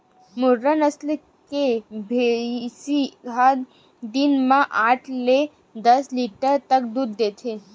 मुर्रा नसल के भइसी ह दिन म आठ ले दस लीटर तक दूद देथे